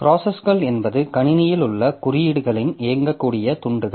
ப்ராசஸ்கள் என்பது கணினியில் உள்ள குறியீடுகளின் இயங்கக்கூடிய துண்டுகள்